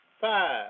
five